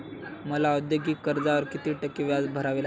मला औद्योगिक कर्जावर किती टक्के व्याज भरावे लागेल?